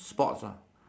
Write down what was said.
sports ah